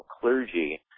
clergy